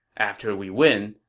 after we win,